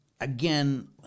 again